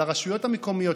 על הרשויות המקומיות,